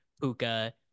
puka